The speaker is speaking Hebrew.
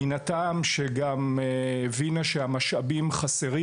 מן הטעם שגם הבינה שהמשאבים חסרים